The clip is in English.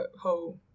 whole